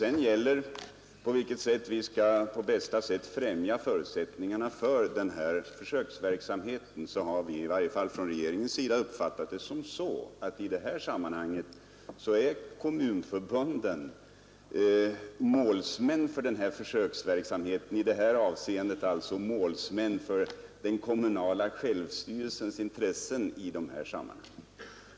I frågan om på vilket sätt vi bäst skall främja förutsättningarna för försöksverksamhet har vi uppfattat det så att de centrala råden är målsmän för försöksverksamheten och alltså representanterar kommunernas intressen i dessa sammanhang.